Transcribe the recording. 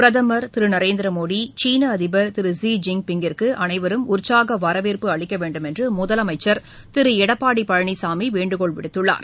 பிரதமர் திருநரேந்திரமோடி சீனஅதிபர் திரு ஸி ஜின்பிங் கிற்குஅனைவரும் உற்சாகவரவேற்பு அளிக்கவேண்டும் என்றுமுதலமைச்சர் திருஎடப்பாடிபழனிசாமிவேண்டுகோள் விடுத்துள்ளார்